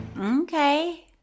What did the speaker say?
Okay